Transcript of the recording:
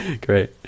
great